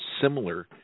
similar